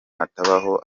hatabaho